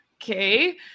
okay